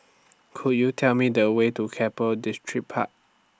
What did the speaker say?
Could YOU Tell Me The Way to Keppel Distripark